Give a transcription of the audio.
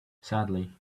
sadly